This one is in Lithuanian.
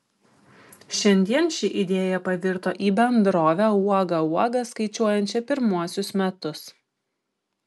šiandien ši idėja pavirto į bendrovę uoga uoga skaičiuojančią pirmuosius metus